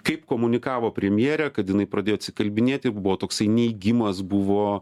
kaip komunikavo premjerė kad jinai pradėjo atsikalbinėt buvo toksai neigimas buvo